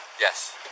Yes